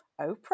Oprah